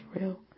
real